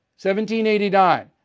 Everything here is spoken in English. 1789